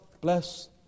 bless